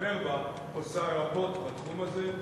חבר בה, עושה רבות בתחום הזה.